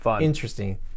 interesting